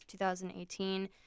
2018